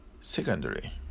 secondary